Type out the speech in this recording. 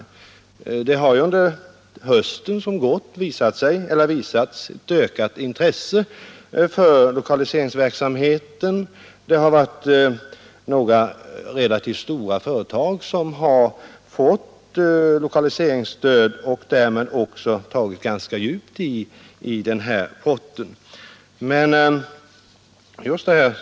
Under den höst som gått har intresset för lokaliseringsverksamheten ökat — några relativt stora företag har fått lokaliseringsstöd, och därmed har en ganska stor del av potten tagits i anspråk.